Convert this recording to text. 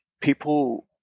people